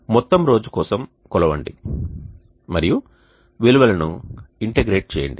మొత్తం రోజు కోసం కొలవండి మరియు విలువలను ఇంటెగ్రేట్ చేయండి